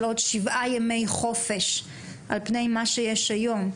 עוד שבעה ימי חופשה לעומת מה שיש היום.